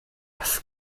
was